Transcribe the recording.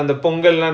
ya